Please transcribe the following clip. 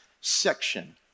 section